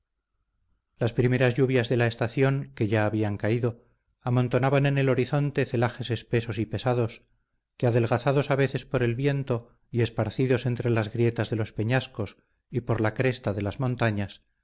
las primeras lluvias de la estación que ya habían caído amontonaban en el horizonte celajes espesos y pesados que adelgazados a veces por el viento y esparcidos entre las grietas de los peñascos y por la cresta de las montañas